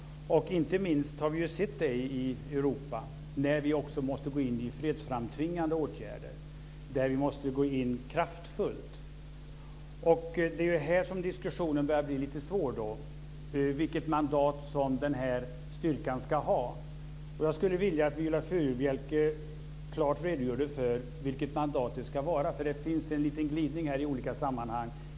Inte minst har vi sett det i Europa när vi också måste gå in i fredsframtvingande åtgärder, när vi måste gå in kraftfullt. Det är här som diskussionen börjar bli lite svår när det gäller vilket mandat som den här styrkan ska ha. Jag skulle vilja att Viola Furubjelke klart redogjorde för vilket mandat det ska vara, för det finns en liten glidning i olika sammanhang.